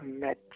met